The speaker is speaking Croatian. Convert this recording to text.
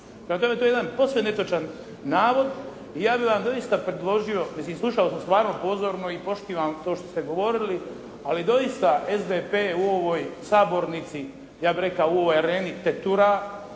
Prema tome, to je jedan posve netočan navod. I ja bih vas doista predložio, mislim slušao sam stvarno pozorno i poštivam to što ste govorili, ali doista SDP u ovoj sabornici, ja bih rekao u ovoj areni tetura